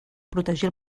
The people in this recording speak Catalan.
protegir